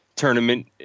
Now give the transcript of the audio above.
tournament